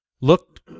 Looked